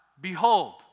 behold